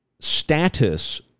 status